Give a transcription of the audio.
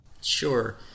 Sure